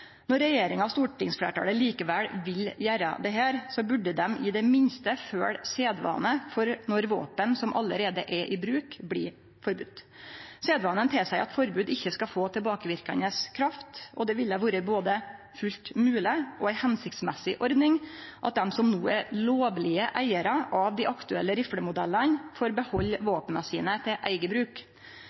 Når regjeringa og stortingsfleirtalet likevel vil gjere dette, burde dei i det minste følgje sedvane for når våpen som allereie er i bruk, blir forbodne. Sedvanen tilseier at forbod ikkje skal få tilbakeverkande kraft, og det ville ha vore både fullt mogleg og ei hensiktsmessig ordning at dei som no er lovlege eigarar av dei aktuelle riflemodellane, får behalde våpna sine til eigen bruk.